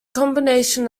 combination